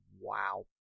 wow